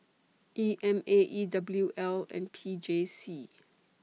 E M A E W L and P J C